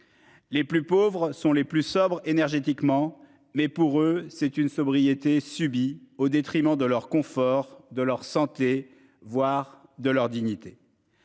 Les plus pauvres sont les plus sobres énergétiquement mais pour eux c'est une sobriété subit au détriment de leur confort de leur santé, voire de leur dignité.